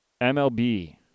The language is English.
MLB